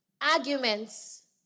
Arguments